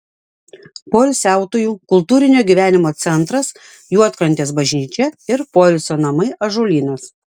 poilsiautojų kultūrinio gyvenimo centras juodkrantės bažnyčia ir poilsio namai ąžuolynas